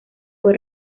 fue